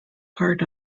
part